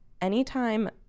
anytime